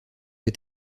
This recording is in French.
est